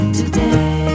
today